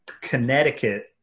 Connecticut